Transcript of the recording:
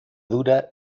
dura